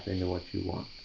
into what you want.